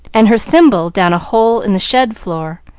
and her thimble down a hole in the shed-floor,